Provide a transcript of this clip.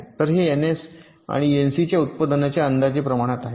तर हे N S आणि एनसी च्या उत्पादनाच्या अंदाजे प्रमाणात आहे